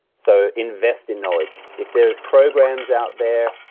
so invest in knowledge. if there are programs out there,